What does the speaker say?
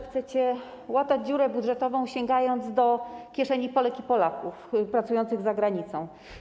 Chcecie łatać dziurę budżetową, sięgając do kieszeni Polek i Polaków pracujących za granicą.